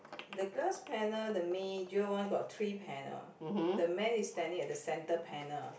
the glass panel the major one got three panel the man is standing at the centre panel